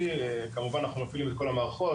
כמובן אנחנו מפעילים את כל המערכות,